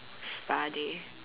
study